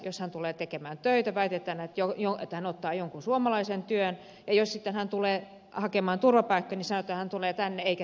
jos hän tulee tekemään töitä väitetään että hän ottaa jonkun suomalaisen työn jos sitten hän tulee hakemaan turvapaikkaa niin sanotaan että hän tulee tänne eikä tee töitä